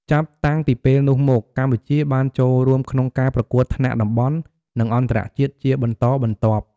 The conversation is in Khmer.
ចាប់តាំងពីពេលនោះមក កម្ពុជាបានចូលរួមក្នុងការប្រកួតថ្នាក់តំបន់ និងអន្តរជាតិជាបន្តបន្ទាប់។